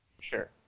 Sure